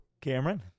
Cameron